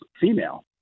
female